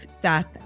Death